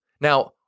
Now